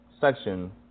Section